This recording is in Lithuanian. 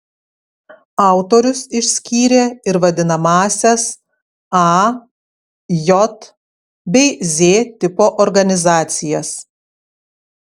autorius išskyrė ir vadinamąsias a j bei z tipo organizacijas